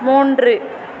மூன்று